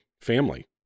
family